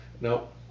Nope